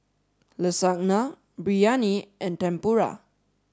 Lasagna Biryani and Tempura